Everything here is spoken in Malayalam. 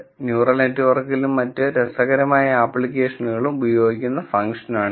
ന്യൂറൽ നെറ്റ്വർക്കുകളിലും മറ്റ് രസകരമായ ആപ്ലിക്കേഷനുകളിലും ഉപയോഗിക്കുന്ന ഫംഗ്ഷനാണിത്